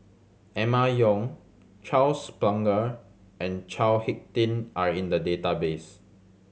Emma Yong Charles Paglar and Chao Hick Tin are in the database